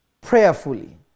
prayerfully